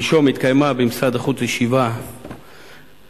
שלשום התקיימה במשרד החוץ ישיבה בנושא,